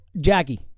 Jackie